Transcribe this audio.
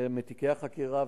מתיקי החקירה,